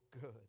good